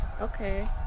Okay